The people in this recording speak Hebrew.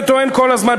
וטוען כל הזמן.